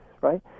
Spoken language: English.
right